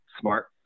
smart